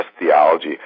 theology